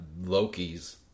Lokis